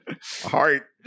Heart